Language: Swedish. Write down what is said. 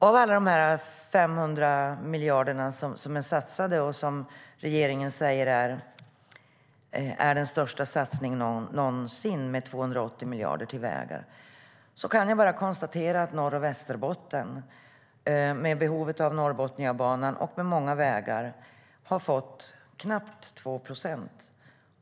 Av alla 500 miljarder som är satsade och som regeringen säger är den största satsningen någonsin, med 280 miljarder till vägar, kan jag bara konstatera att Norr och Västerbotten, med behovet av Norrbotniabanan och många vägar, har fått knappt 2 procent.